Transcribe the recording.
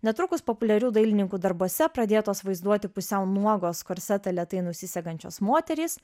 netrukus populiarių dailininkų darbuose pradėtos vaizduoti pusiau nuogos korsetą lėtai nusisegančios moterys